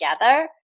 together